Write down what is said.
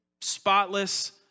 spotless